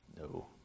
No